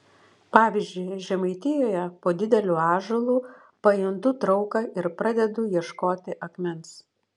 pavyzdžiui žemaitijoje po dideliu ąžuolu pajuntu trauką ir pradedu ieškoti akmens